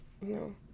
no